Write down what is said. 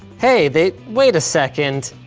hey, they, wait a second.